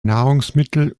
nahrungsmittel